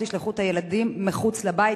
תשלחו את הילדים מחוץ לבית,